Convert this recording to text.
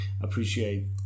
appreciate